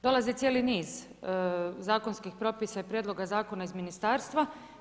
Dolazi cijeli niz zakonskih propisa i prijedloga zakona iz ministarstva.